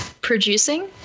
producing